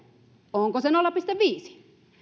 onko se nolla pilkku viisi